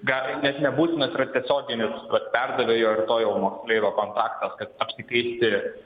gali net nebūtinas yra tiesioginis vat perdavėjo ir to jau moksleivio kontaktas kad apsikeisti